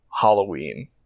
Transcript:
Halloween